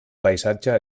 paisatge